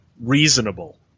reasonable